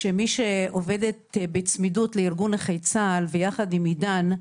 שעובדת בצמידות לארגון נכי צה"ל ויחד עם עידן,